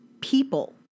people